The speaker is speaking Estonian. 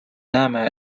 näeme